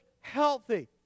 healthy